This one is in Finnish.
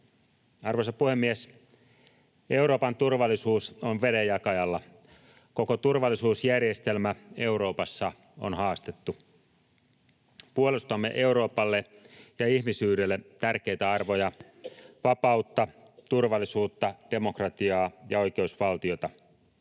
Arvoisa puhemies! Euroopan turvallisuus on vedenjakajalla. Koko turvallisuusjärjestelmä Euroopassa on haastettu. Puolustamme Euroopalle ja ihmisyydelle tärkeitä arvoja, vapautta, turvallisuutta, demokratiaa ja oikeusvaltiota.